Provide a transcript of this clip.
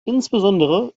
insbesondere